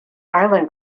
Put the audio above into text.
island